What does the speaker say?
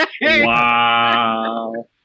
Wow